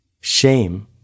Shame